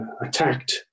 attacked